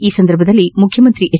ಈ ಸಂದರ್ಭದಲ್ಲಿ ಮುಖ್ಯಮಂತ್ರಿ ಎಚ್